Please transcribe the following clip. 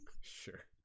sure